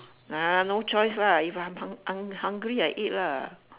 ah no choice lah if I'm hun~ hungry I eat lah